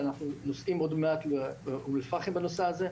ואנחנו נוסעים עוד מעט לאום אל-פחם בנושא הזה,